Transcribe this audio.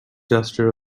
gesture